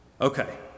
Okay